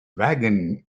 wagon